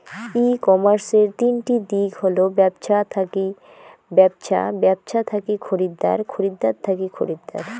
ই কমার্সের তিনটি দিক হল ব্যবছা থাকি ব্যবছা, ব্যবছা থাকি খরিদ্দার, খরিদ্দার থাকি খরিদ্দার